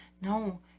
no